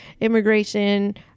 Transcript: immigration